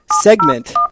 segment